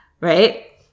Right